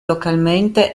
localmente